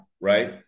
right